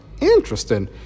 Interesting